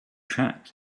tracts